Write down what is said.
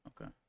okay